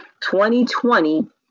2020